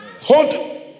hold